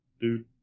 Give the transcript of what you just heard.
dude